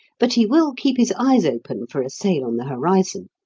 but he will keep his eyes open for a sail on the horizon.